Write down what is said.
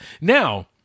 Now